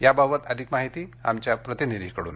याबाबत अधिक माहिती आमच्या प्रतिनिधीकडून